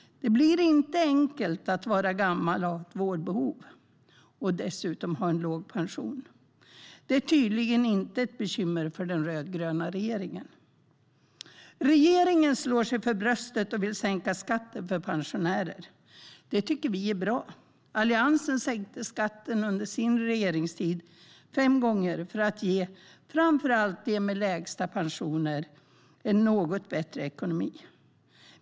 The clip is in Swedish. Det blir inte enkelt att vara gammal, ha vårdbehov och dessutom ha en låg pension. Det är tydligen inte ett bekymmer för den rödgröna regeringen Regeringen slår sig för bröstet och vill sänka skatten för pensionärer. Det tycker vi är bra. Alliansen sänkte skatten under sin regeringstid fem gånger för att ge framför allt dem med lägsta pensioner en något bättre ekonomi.